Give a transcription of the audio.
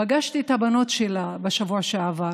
פגשתי את הבנות שלה בשבוע שעבר,